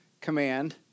command